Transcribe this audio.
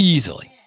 Easily